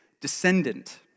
descendant